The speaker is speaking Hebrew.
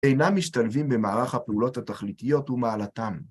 אינם משתלבים במערך הפעולות התכליתיות ומעלתם.